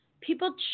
people